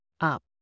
up